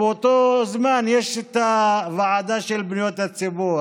ובאותו זמן יש את הוועדה של פניות הציבור,